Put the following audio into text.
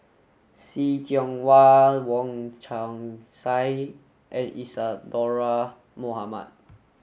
See Tiong Wah Wong Chong Sai and Isadhora Mohamed